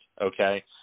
okay